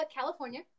California